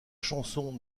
chansons